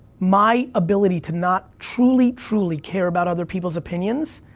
my ability to not truly, truly care about other people's opinions,